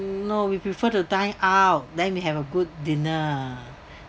no we prefer to dine out then we have a good dinner